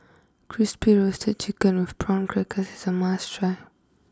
Crispy Roasted Chicken with Prawn Crackers is a must try